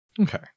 Okay